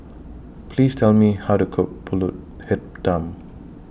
Please Tell Me How to Cook Pulut Hitam